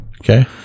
okay